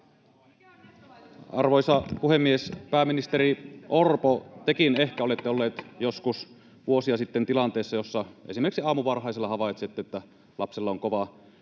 — Puhemies koputtaa] tekin ehkä olette ollut joskus vuosia sitten tilanteessa, jossa esimerkiksi aamuvarhaisella havaitsette, että lapsella on kova